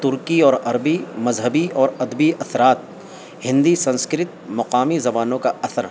ترقی اور عربی مذہبی اور ادبی اثرات ہندی سنسکرت مقامی زبانوں کا اثر